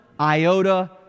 iota